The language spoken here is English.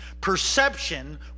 Perception